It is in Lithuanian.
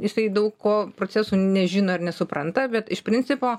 jisai daug ko procesų nežino ir nesupranta bet iš principo